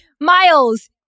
Miles